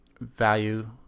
value